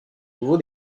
nouveau